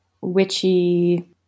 witchy